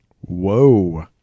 Whoa